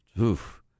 oof